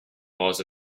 laws